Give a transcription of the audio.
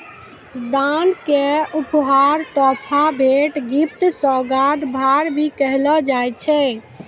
दान क उपहार, तोहफा, भेंट, गिफ्ट, सोगात, भार, भी कहलो जाय छै